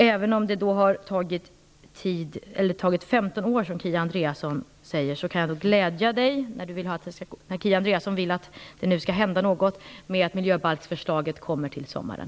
Även om det har tagit 15 år kan jag dock glädja Kia Andreasson - hon vill ju att det skall hända något - med att miljöbalksförslaget skall komma till sommaren.